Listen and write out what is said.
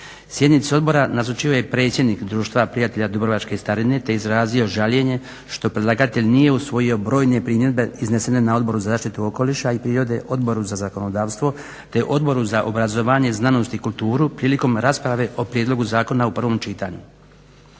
Sjednici odbora nazočio je predsjednik Društva prijatelja Dubrovačke starine te je izrazio žaljenje što predlagatelj nije usvojio brojne primjedbe iznesene na Odboru za zaštitu okoliša i prirode, Odboru za zakonodavstvo te Odboru za obrazovanje, znanost i kulturu prilikom rasprave o prijedlogu zakona u prvom čitanju.